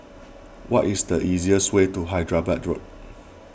what is the easiest way to Hyderabad Road